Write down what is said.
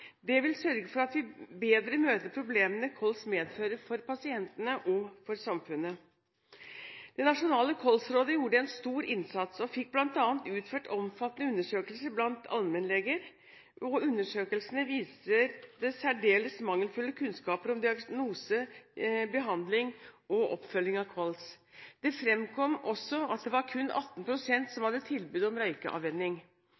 Det vil sørge for at vi bedre møter problemene kols medfører for pasientene og for samfunnet. Nasjonalt kolsråd gjorde en stor innsats og fikk bl.a. utført omfattende undersøkelser blant allmennleger. Undersøkelsene viste særdeles mangelfulle kunnskaper om diagnose, behandling og oppfølging av kols. Det fremkom også at det kun var 18 pst. som